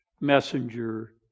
messenger